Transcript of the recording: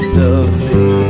lovely